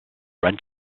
rent